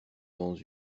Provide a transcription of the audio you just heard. dans